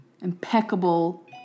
impeccable